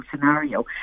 scenario